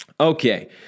Okay